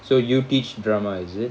so you teach drama is it